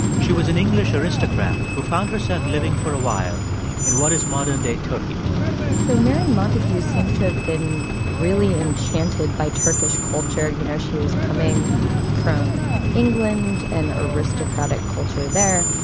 she was an english aristocrat who found herself living for a while in what is modern-day turkey so mary montagu seems to have been really enchanted by turkish culture. you know, she was coming from england, an aristocratic culture there.